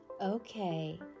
Okay